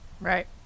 Right